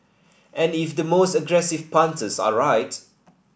and if the most aggressive punters are right